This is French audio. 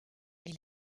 est